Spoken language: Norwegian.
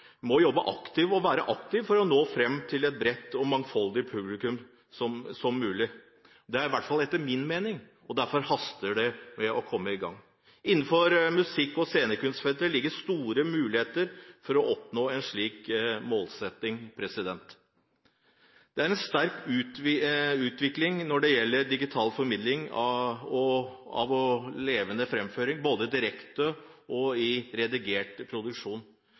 må jobbe aktivt og være aktive for å nå fram til et så bredt og mangfoldig publikum som mulig. Derfor haster det med å komme i gang, etter min mening. Innenfor musikk- og scenekunstfeltet ligger store muligheter for å oppnå en slik målsetting. Det er en sterk utvikling når det gjelder digital formidling av levende framføring, både direkte og i redigert produksjon.